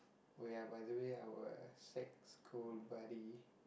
oh ya by the way our sec school buddy